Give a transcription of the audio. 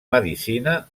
medicina